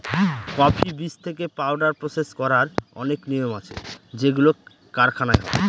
coffee বীজ থেকে powder process করার অনেক নিয়ম আছে যেগুলো কারখানায় হয়